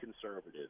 conservative